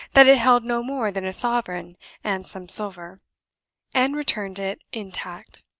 that it held no more than a sovereign and some silver and returned it intact.